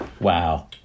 wow